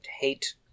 hate